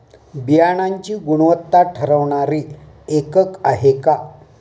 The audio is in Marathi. बियाणांची गुणवत्ता ठरवणारे एकक आहे का?